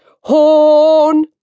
horn